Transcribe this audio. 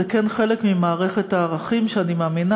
זה כן חלק ממערכת ערכים שאני מאמינה